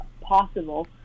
possible